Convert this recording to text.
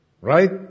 right